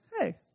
hey